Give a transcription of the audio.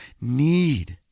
need